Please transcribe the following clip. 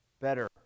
better